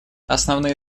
основные